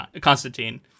Constantine